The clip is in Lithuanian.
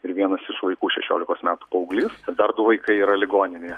ir vienas iš vaikų šešiolikos metų paauglys ir dar du vaikai yra ligoninėj